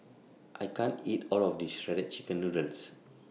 I can't eat All of This Shredded Chicken Noodles